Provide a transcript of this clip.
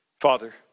father